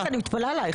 אפרת, אני מתפלאת עליך.